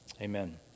Amen